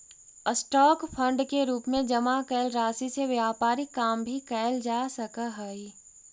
stock fund के रूप में जमा कैल राशि से व्यापारिक काम भी कैल जा सकऽ हई